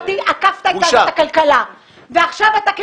כשהקמת את הוועדה הזאת עקפת את ועדת הכלכלה,